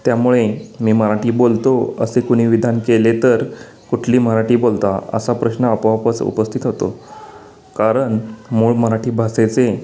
त्यामुळे मी मराठी बोलतो असे कुणी विधान केले तर कुठली मराठी बोलता असा प्रश्न आपोआपच उपस्थित होतो कारण मूळ मराठी भाषेचे